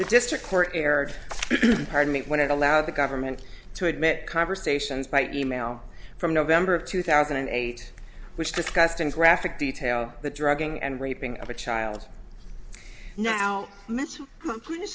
the district court erred pardon me when it allowed the government to admit conversations by email from november of two thousand and eight which discussed in graphic detail the drugging and raping of a child now mr i'm